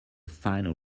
final